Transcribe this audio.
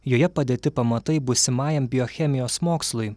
joje padėti pamatai būsimajam biochemijos mokslui